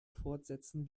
fortsetzen